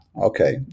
okay